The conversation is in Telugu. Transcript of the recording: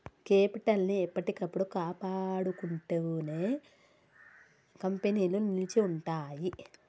కేపిటల్ ని ఎప్పటికప్పుడు కాపాడుకుంటేనే కంపెనీలు నిలిచి ఉంటయ్యి